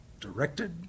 directed